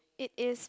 it is